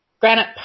Granite